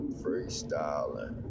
freestyling